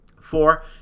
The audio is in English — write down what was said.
Four